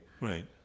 right